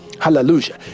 Hallelujah